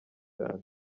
cyane